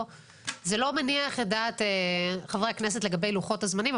זה לא מניח את דעת חברי הכנסת לגבי לוחות הזמנים.